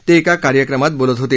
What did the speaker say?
ते एका कार्यक्रमात बोलत होते